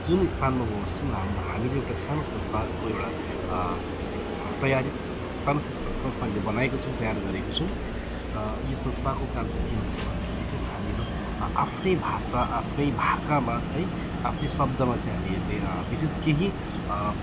जुन स्थानमा म बस्छु हामी हामीले एउटा सानो संस्थाको एउटा तयारी सानो संस्थानले बनाएको छौँ तयार गरेको छौँ र यो संस्थाको काम चाहिँ के हुन्छ भने चाहिँ विशेष हामीहरू आआफ्नै भाषा आफ्नै भाकामा है आफ्नै शब्दमा चाहिँ हामीहरूले विशेष केही